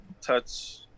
touch